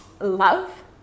love